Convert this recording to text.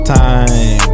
time